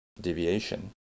deviation